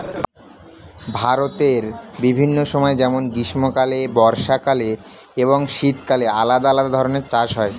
ভারতের বিভিন্ন সময় যেমন গ্রীষ্মকালে, বর্ষাকালে এবং শীতকালে আলাদা আলাদা ধরনের চাষ হয়